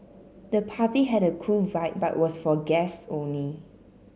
the party had a cool vibe but was for guests only